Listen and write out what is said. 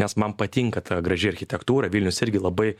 nes man patinka ta graži architektūra vilnius irgi labai